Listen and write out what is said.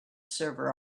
server